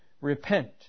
repent